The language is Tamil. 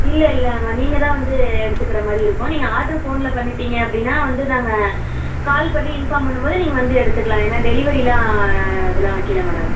இல்லை இல்லை ஆமாம் நீங்கள் தான் வந்து எடுத்துக்கிற மாதிரி இருக்கும் நீங்கள் ஆர்ட்ரு ஃபோனில் பண்ணிவிட்டிங்க அப்படின்னால் வந்து நாங்கள் கால் பண்ணி இன்ஃபார்ம் பண்ணும்போது நீங்கள் வந்து எடுத்துக்கலாம் ஏன்னால் டெலிவரியெலாம் அதெலாம் வைக்கல மேடம்